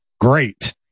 great